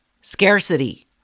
Scarcity